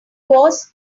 was